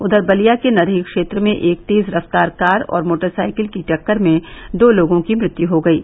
उधर बलिया के नरही क्षेत्र में एक तेज रफ्तार कार और मोटरसाइकिल की टक्कर में दो लोगों की मृत्यु हो गयी